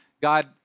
God